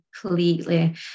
Completely